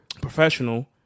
professional